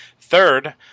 Third